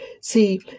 See